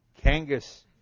kangas